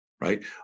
right